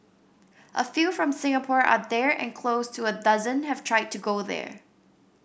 a few from Singapore are there and close to a dozen have tried to go there